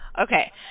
Okay